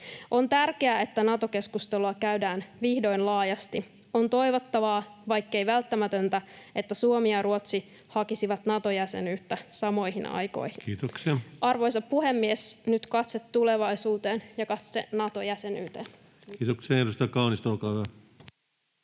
On tärkeää, että Nato-keskustelua käydään vihdoin laajasti. On toivottavaa, vaikkei välttämätöntä, että Suomi ja Ruotsi hakisivat Nato-jäsenyyttä samoihin aikoihin. [Puhemies: Kiitoksia!] Arvoisa puhemies! Nyt katse tulevaisuuteen ja katse Nato-jäsenyyteen. Edustaja Kaunisto, olkaa hyvä.